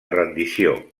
rendició